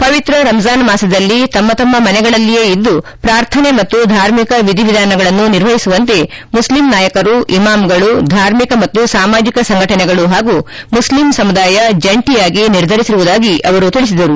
ಪುತ್ರ ರಂಜಾನ್ ಮಾಸದಲ್ಲಿ ತಮ್ಮ ತಮ್ಮ ಮನೆಗಳಲ್ಲಿಯೇ ಇದ್ದು ಪೂರ್ಥನೆ ಮತ್ತು ಧಾರ್ಮಿಕ ವಿಧಿವಿಧಾನಗಳನ್ನು ನಿರ್ವಹಿಸುವಂತೆ ಮುಶ್ಲಿಂ ನಾಯಕರು ಇಮಾಮ್ಗಳು ಧಾರ್ಮಿಕ ಮತ್ತು ಸಾಮಾಜಿಕ ಸಂಘಟನೆಗಳು ಪಾಗೂ ಮುಶ್ಲಿಂ ಸಮುದಾಯ ಜಂಟಿಯಾಗಿ ನಿರ್ಧರಿಸುವುದಾಗಿ ಅವರು ತಿಳಿಸಿದರು